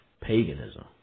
paganism